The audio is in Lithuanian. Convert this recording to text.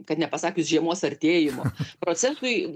kad nepasakius žiemos artėjimo procesui